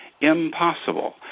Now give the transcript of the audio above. impossible